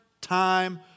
time